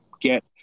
get